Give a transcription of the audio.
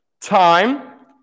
time